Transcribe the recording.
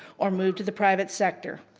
or moved to the private sector.